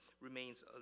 remains